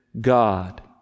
God